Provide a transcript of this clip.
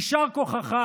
יישר כוחך,